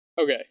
Okay